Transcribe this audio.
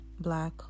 Black